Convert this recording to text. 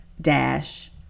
dash